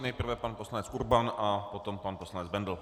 Nejprve pan poslanec Urban a potom pan poslanec Bendl.